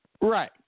Right